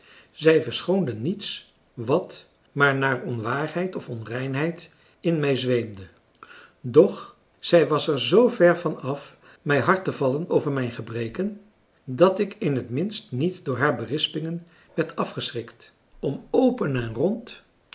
zij verschoonde niets wat maar naar onwaarheid of onreinheid in mij zweemde doch zij was er zoover van af mij hard te vallen over mijn gebreken dat ik in het minst niet door haar berispingen werd afgeschrikt om open en rond